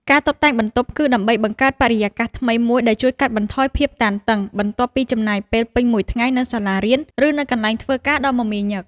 ការតុបតែងបន្ទប់ គឺដើម្បីបង្កើតបរិយាកាសថ្មីមួយដែលជួយកាត់បន្ថយភាពតានតឹង បន្ទាប់ពីចំណាយពេលពេញមួយថ្ងៃនៅសាលារៀន ឬនៅកន្លែងធ្វើការដ៏មមាញឹក។